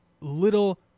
little